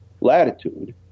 latitude